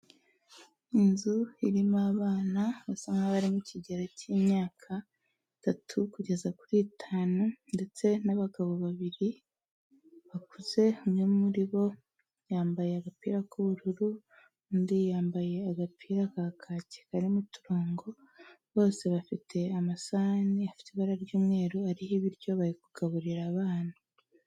Inzu irimo abana basa nk'aho bari mukigero cy'imyaka itatu kugeza kuri itanu, ndetse n'abagabo babiri bakuze, umwe muri bo yambaye agapira k'ubururu, undi yambaye agapira ka kaki karimo uturongo. Bose bafite amasahani afite ibara ry'umweru ariho ibiryo bari kugaburira abana.